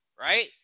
right